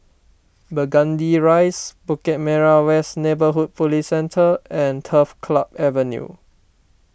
Burgundy Rise Bukit Merah West Neighbourhood Police Centre and Turf Club Avenue